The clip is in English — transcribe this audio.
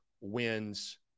wins